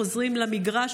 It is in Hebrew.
חוזרים למגרש,